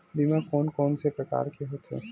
बीमा कोन कोन से प्रकार के होथे?